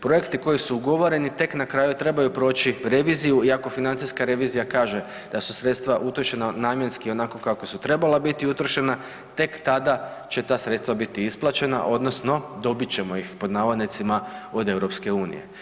Projekti koji su ugovoreni tek na kraju trebaju proći reviziju, iako financijska revizija kaže da su sredstva utrošena namjenski onako kako su trebala biti utrošena, tek tada će ta sredstva biti isplaćena odnosno dobit ćemo ih pod navodnicima od EU.